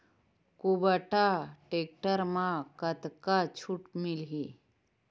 कुबटा टेक्टर म कतका छूट मिलही?